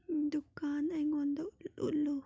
ꯗꯨꯀꯥꯟ ꯑꯩꯉꯣꯟꯗ ꯎꯠꯂꯨ